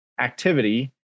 activity